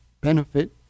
benefit